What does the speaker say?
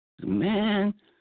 Man